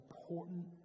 important